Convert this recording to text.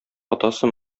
атасы